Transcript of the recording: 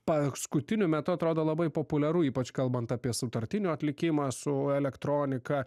paskutiniu metu atrodo labai populiaru ypač kalbant apie sutartinių atlikimą su elektronika